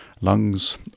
lungs